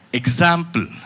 example